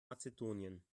mazedonien